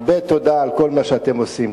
הרבה תודה על כל מה שאתם עושים.